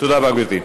תודה רבה, גברתי.